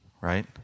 Right